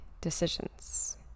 decisions